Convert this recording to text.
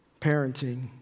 Parenting